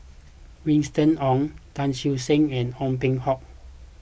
Winston Oh Tan Siew Sin and Ong Peng Hock